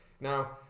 now